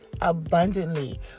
abundantly